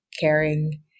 caring